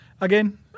again